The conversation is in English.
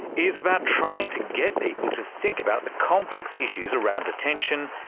is about trying to get people to think about the complex issues around attention,